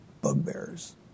bugbears